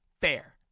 Fair